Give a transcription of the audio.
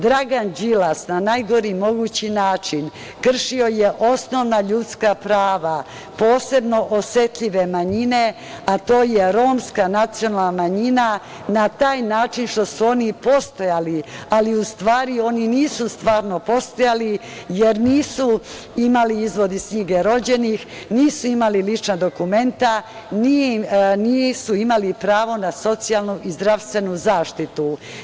Dragan Đilas na najgori mogući način kršio je osnovna ljudska prava, posebno osetljive manjine, a to je romska nacionalna manjina, na taj način što su oni postojali, ali u stvari oni nisu stvarno postojali, jer nisu imali izvod iz knjige rođenih, nisu imali lična dokumenta, nisu imali pravo na socijalnu i zdravstvenu zaštitu.